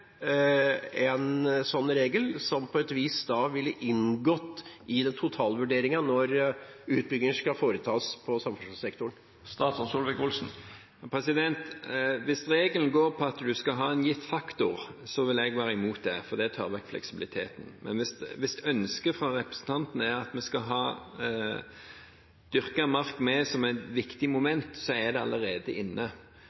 en sånn regel, som på et vis da ville inngått i totalvurderingen når utbygginger i samferdselssektoren skal foretas. Hvis regelen går på at en skal ha en gitt faktor, så vil jeg være imot det, for det tar vekk fleksibiliteten. Men hvis ønsket fra representanten er at vi skal ha dyrket mark med som et viktig moment, så er det allerede inne. Jeg vegrer meg for å gjøre det om en